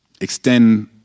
extend